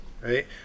right